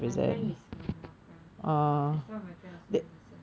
my friend is from NAFA and some of my friend also in lasalle